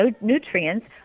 nutrients